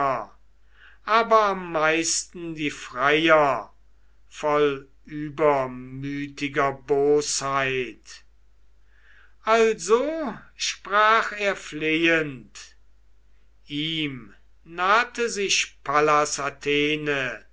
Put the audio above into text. aber am meisten die freier voll übermütiger bosheit also sprach er flehend ihm nahte sich pallas athene